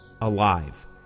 alive